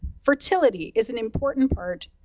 fertility is an important part.